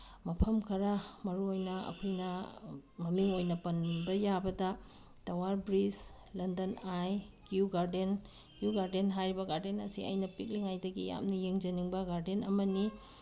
ꯃꯐꯝ ꯈꯔ ꯃꯔꯨꯑꯣꯏꯅ ꯑꯩꯈꯣꯏꯅ ꯃꯃꯤꯡ ꯑꯣꯏꯅ ꯄꯟꯕ ꯌꯥꯕꯗ ꯇꯋꯥꯔ ꯕ꯭ꯔꯤꯖ ꯂꯟꯗꯟ ꯑꯥꯏ ꯀ꯭ꯌꯨ ꯒꯥꯔꯗꯦꯟ ꯀ꯭ꯌꯨ ꯒꯥꯔꯗꯦꯟ ꯍꯥꯏꯔꯤꯕ ꯒꯥꯔꯗꯦꯟ ꯑꯁꯤ ꯑꯩꯅ ꯄꯤꯛꯂꯤꯉꯩꯗꯒꯤ ꯌꯥꯝꯅ ꯌꯦꯡꯖꯅꯤꯡꯕ ꯒꯥꯔꯗꯦꯟ ꯑꯃꯅꯤ